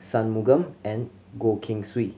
Sanmugam and Goh Keng Swee